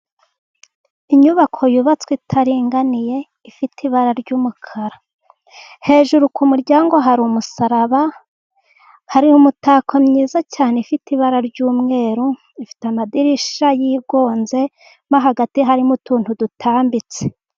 Inyubako yubatswe itaringaniye, ifite ibara ry'umukara, hejuru ku muryango hari umusaraba, hari imitako myiza cyane ifite ibara ry'umweru. Ifite amadirishya yigonze mo hagati harimo utuntu dutambitse.